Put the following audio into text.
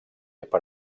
per